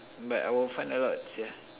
but our fund a lot sia